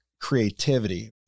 creativity